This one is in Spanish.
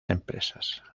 empresas